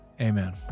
Amen